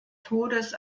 todes